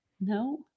No